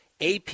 AP